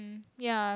ya